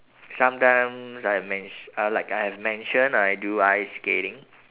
sometimes I've menti~ uh like I have mentioned I do ice skating